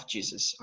Jesus